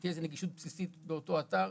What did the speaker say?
שתהיה נגישות בסיסית באותו אתר,